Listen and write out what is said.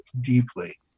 deeply